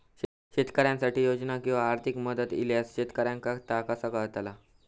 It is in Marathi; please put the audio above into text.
शेतकऱ्यांसाठी योजना किंवा आर्थिक मदत इल्यास शेतकऱ्यांका ता कसा कळतला?